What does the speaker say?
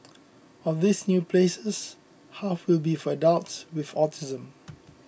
of these new places half will be for adults with autism